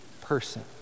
person